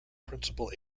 principal